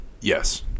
Yes